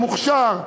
המוכש"ר,